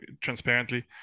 transparently